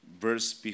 verse